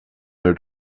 their